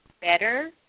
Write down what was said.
better